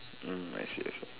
mm I see I see